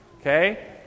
okay